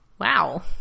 Wow